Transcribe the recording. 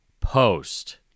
post